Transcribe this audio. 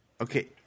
okay